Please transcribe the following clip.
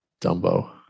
dumbo